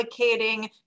allocating